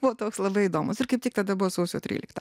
buvo toks labai įdomus ir kaip tik tada buvo sausio trylikta